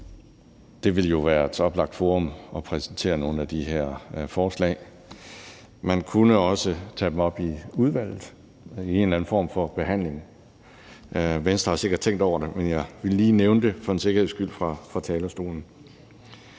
Det ville jo være et oplagt forum at præsentere nogle af de her forslag i. Man kunne også tage dem op i udvalget i en eller anden form for behandling. Venstre har sikkert tænkt over det, men jeg ville lige nævne det for en sikkerheds skyld fra talerstolen.